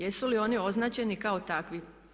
Jesu li oni označeni kao takvi?